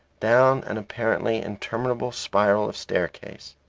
down an apparently interminable spiral of staircase.